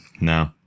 No